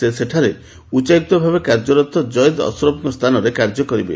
ସେ ସେଠାରେ ଉଚ୍ଚାୟୁକ୍ତ ଭାବେ କାର୍ଯ୍ୟରତ କୟେଦ୍ ଅଶ୍ରଫ୍ଙ୍କ ସ୍ଥାନରେ କାର୍ଯ୍ୟ କରିବେ